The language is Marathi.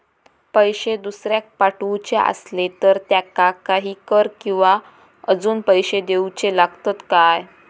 पैशे दुसऱ्याक पाठवूचे आसले तर त्याका काही कर किवा अजून पैशे देऊचे लागतत काय?